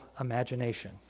imagination